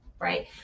right